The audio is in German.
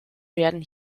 werden